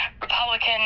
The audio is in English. Republican